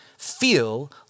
feel